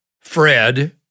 Fred